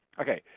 ok,